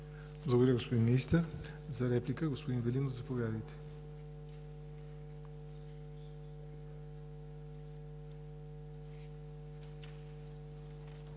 Благодаря, господин Министър. За реплика, господин Велинов, заповядайте.